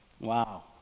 Wow